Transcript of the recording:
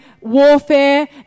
warfare